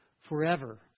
forever